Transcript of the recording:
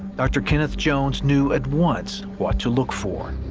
dr. kenneth jones knew at once what to look for.